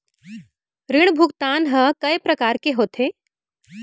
ऋण भुगतान ह कय प्रकार के होथे?